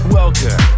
welcome